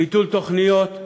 ביטול תוכניות,